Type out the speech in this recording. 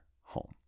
home